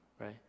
right